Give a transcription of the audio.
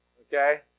Okay